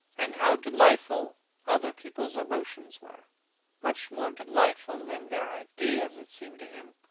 and how delightful other people's emotions were much more delightful than their ideas, it seemed to him.